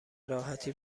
راحتی